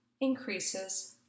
increases